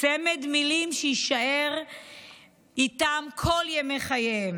צמד מילים שיישאר איתם כל ימי חייהם,